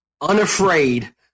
unafraid